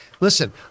listen